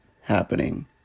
happening